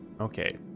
Okay